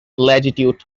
latitude